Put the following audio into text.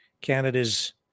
Canada's